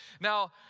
Now